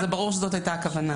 זה ברור שזאת הייתה הכוונה.